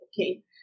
okay